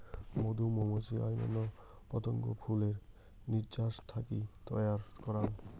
মধু মৌমাছি ও অইন্যান্য পতঙ্গ ফুলের নির্যাস থাকি তৈয়ার করাং